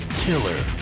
tiller